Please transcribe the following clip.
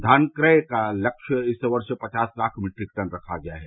धान क्रय का लक्ष्य इस वर्ष पचास लाख मीट्रिक टन रखा गया है